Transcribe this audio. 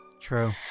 true